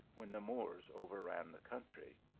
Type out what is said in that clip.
when the moors overran the country.